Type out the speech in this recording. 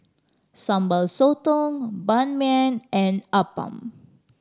Sambal Sotong Ban Mian and appam